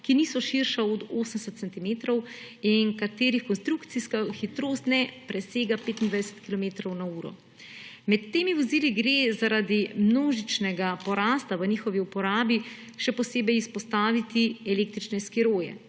ki niso širša od 80 centimetrov in katerih konstrukcijska hitrost ne presega 25 kilometrov na uro. Med temi vozili gre zaradi množilnega porasta v njihovi uporabi še posebej izpostaviti električne skiroje.